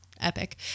Epic